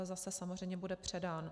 Zase samozřejmě bude předán.